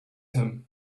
him